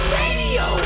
radio